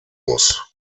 muss